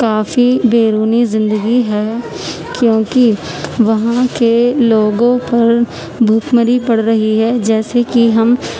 کافی بیرونی زندگی ہے کیونکہ وہاں کے لوگوں پر بھوک مری پڑ رہی ہے جیسے کہ ہم